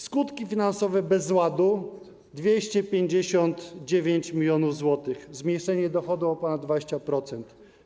Skutki finansowe bezładu - 259 mln zł, zmniejszenie dochodu o ponad 20%.